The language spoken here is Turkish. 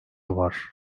var